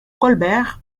colbert